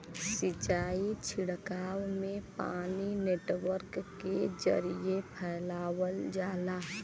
सिंचाई छिड़काव में पानी नेटवर्क के जरिये फैलावल जाला